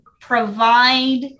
provide